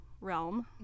realm